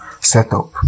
setup